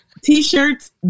t-shirts